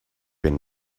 been